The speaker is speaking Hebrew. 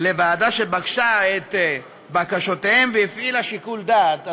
לוועדה שבחנה את בקשותיהם והפעילה שיקול דעת,